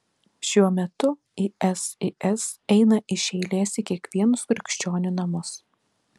šiuo metu isis eina iš eilės į kiekvienus krikščionių namus